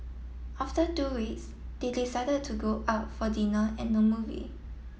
after two weeks they decided to go out for dinner and a movie